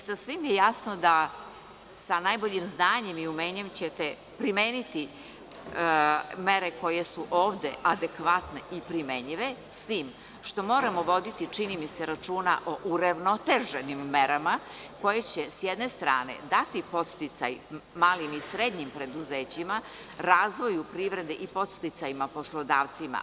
Sasvim je jasno da ćete sa najboljem znanjem i umećem primeniti mere koje su ovde adekvatne i primenjive, s tim što moramo voditi, čini mi se, računa o uravnoteženim merama koje će, s jedne strane, dati podsticaj malim i srednjim preduzećima, razvoju privrede i podsticajima poslodavcima.